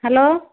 hello